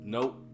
Nope